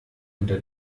unter